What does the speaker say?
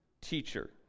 teacher